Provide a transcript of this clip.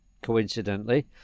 coincidentally